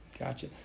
Gotcha